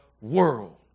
world